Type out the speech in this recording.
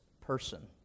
person